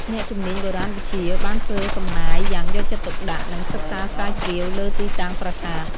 អ្នកជំនាញបុរាណវិទ្យាបានធ្វើកំណាយយ៉ាងយកចិត្តទុកដាក់ និងសិក្សាស្រាវជ្រាវលើទីតាំងប្រាសាទ។